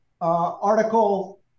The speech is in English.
Article